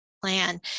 plan